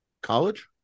college